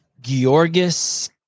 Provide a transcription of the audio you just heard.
Georgis